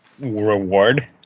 reward